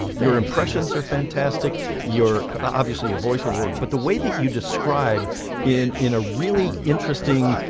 ah their impressions are fantastic your obviously your voiceover work but the way that you describe in in a really interesting